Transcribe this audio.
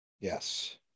Yes